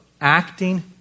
acting